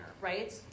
Right